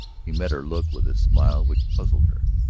he met her look with a smile which puzzled her.